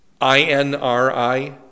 I-N-R-I